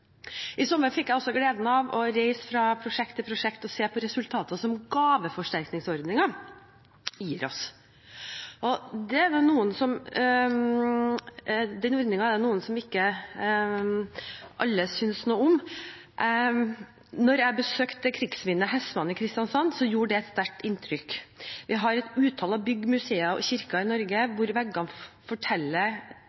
I sommer fikk jeg også gleden av å reise fra prosjekt til prosjekt og se resultatene som gaveforsterkningsordningen gir oss. Den ordningen er det ikke alle som synes noe om. Da jeg besøkte krigsminnet «Hestmanden» i Kristiansand, gjorde det et sterkt inntrykk. Vi har et utall av bygg, museer og kirker i Norge